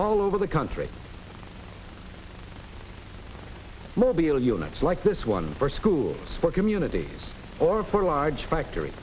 all over the country mobile units like this one first school or community or for large factor